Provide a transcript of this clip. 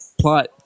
plot